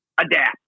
adapt